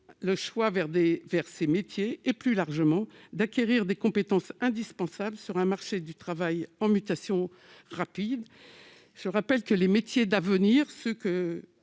d'aller vers ces métiers et, plus largement, d'acquérir des compétences indispensables sur un marché du travail en mutation rapide. Je rappelle que les métiers d'avenir, ceux que